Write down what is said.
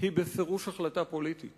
היא בפירוש החלטה פוליטית